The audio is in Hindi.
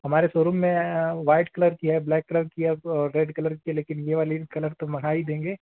हमारे सोरूम में वाईट कलर की है ब्लैक कलर की है और वह रेड कलर की है लेकिन यह वाली कलर तो मंगा ही देंगे